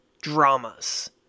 dramas